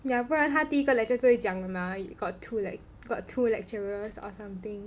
要不然他第一个 lecture 就讲了 mah you got two lect~ got two lecturers or something